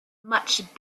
much